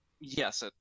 Yes